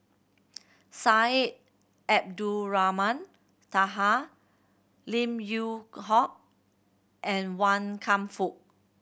Syed Abdulrahman Taha Lim Yew Hock and Wan Kam Fook